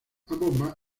ambos